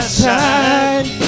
side